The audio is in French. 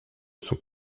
ses